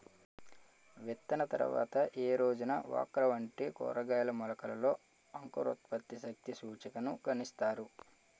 విత్తిన తర్వాత ఏ రోజున ఓక్రా వంటి కూరగాయల మొలకలలో అంకురోత్పత్తి శక్తి సూచికను గణిస్తారు?